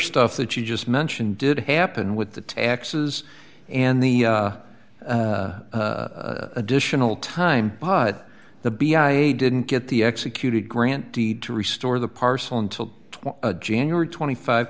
stuff that you just mentioned did happen with the taxes and the additional time but the b i a didn't get the executed grant deed to restore the parcel until january twenty five